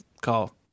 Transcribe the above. call